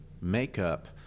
makeup